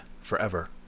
forever